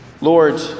Lord